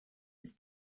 ist